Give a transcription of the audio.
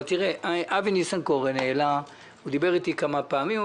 אבי ניסנקורן דיבר איתי כמה פעמים.